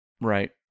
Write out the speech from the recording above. Right